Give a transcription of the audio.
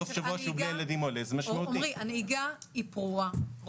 הנהיגה פרועה.